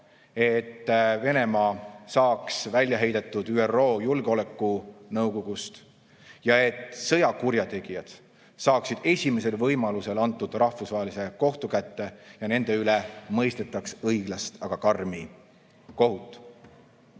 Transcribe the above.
et Venemaa saaks välja heidetud ÜRO Julgeolekunõukogust ja et sõjakurjategijad saaksid esimesel võimalusel antud rahvusvahelise kohtu kätte ja nende üle mõistetaks õiglast, aga karmi kohut.